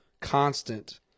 constant